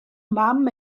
mam